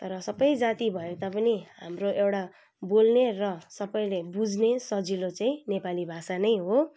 तर सबै जाति भए तापनि हाम्रो एउटा बोल्ने र सबैले बुझ्ने सजिलो चाहिँ नेपाली भाषा नै हो